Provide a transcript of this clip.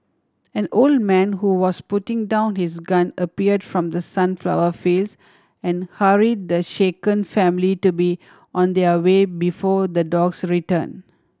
an old man who was putting down his gun appeared from the sunflower fields and hurry the shaken family to be on their way before the dogs return